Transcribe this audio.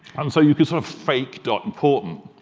and so you can sort of fake dot important.